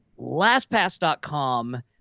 LastPass.com